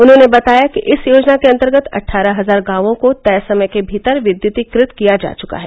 उन्होंने बताया कि इस योजना के अन्तर्गत अट्ठारह हजार गांवों को तय समय के भीतर विद्युतीकृत किया जा चुका है